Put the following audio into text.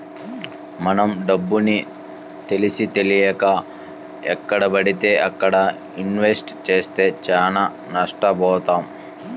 మనం డబ్బుని తెలిసీతెలియక ఎక్కడబడితే అక్కడ ఇన్వెస్ట్ చేస్తే చానా నష్టబోతాం